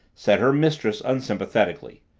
said her mistress unsympathetically.